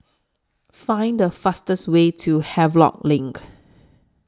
Find The fastest Way to Havelock LINK